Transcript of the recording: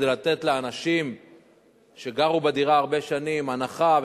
כדי לתת לאנשים שגרו בדירה הרבה שנים הנחה,